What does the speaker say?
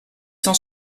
cent